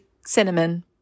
cinnamon